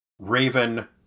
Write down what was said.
Raven